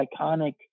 iconic